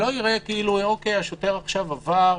שלא יראה כאילו אוקיי, השוטר עכשיו עבר,